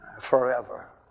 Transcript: forever